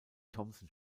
thomson